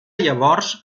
llavors